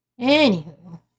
Anywho